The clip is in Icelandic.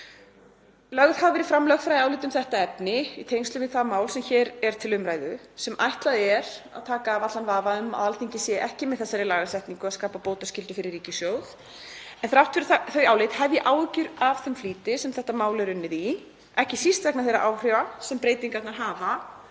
Lögð hafa verið fram lögfræðiálit um þetta efni í tengslum við það mál sem hér er til umræðu, sem ætlað er að taka af allan vafa um að Alþingi sé ekki með þessari lagasetningu að skapa bótaskyldu fyrir ríkissjóð. Þrátt fyrir þau álit hef ég áhyggjur af þeim flýti sem málið er unnið í, ekki síst vegna þeirra áhrifa sem breytingarnar hafa